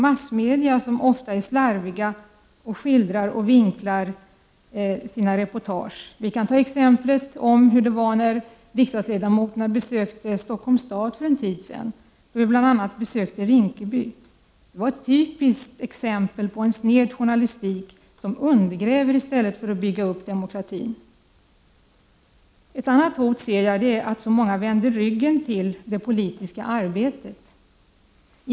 Massmedia är ofta slarviga och vinklar sina reportage. Vi kan ta exemplet med riksdagsledamöternas besök i Stockholms stad för en tid sedan och bl.a. besöket i Rinkeby. Det är ett typiskt exempel på en sned journalistik, som undergräver i stället för att bygga upp demokratin. Ett annat hot som jag ser är att så många vänder ryggen till det politiska arbetet.